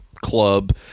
Club